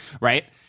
right